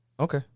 Okay